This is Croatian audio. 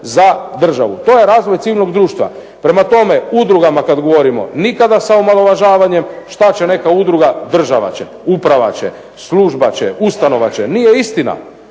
za državu. To je razvoj civilnog društva. Prema tome, udrugama kada govorimo nikada sa omalovažavanjem. Što će neka udruga, država će, uprava će, služba će, ustanova će. Nije istina,